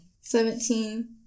Seventeen